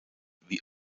wie